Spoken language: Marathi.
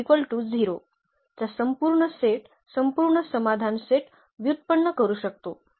चा संपूर्ण सेट संपूर्ण समाधान सेट व्युत्पन्न करू शकतो